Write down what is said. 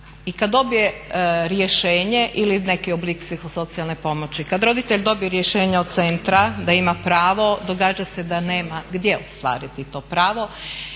I kad dobije rješenje ili neki oblik psihosocijalne pomoći, kad roditelj dobije rješenje od centra da ima pravo događa se da nema gdje ostvariti to pravo,